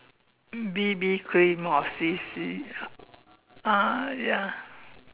B_B cream or C_C ah ya